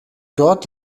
dort